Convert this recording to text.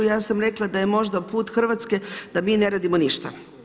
Ja sam rekla da je možda put Hrvatske da mi ne radimo ništa.